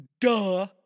Duh